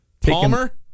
Palmer